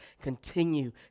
continue